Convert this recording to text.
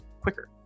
quicker